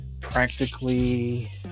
practically